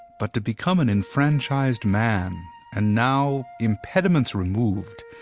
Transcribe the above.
but to become an enfranchised man and now, impediments removed,